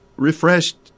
refreshed